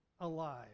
alive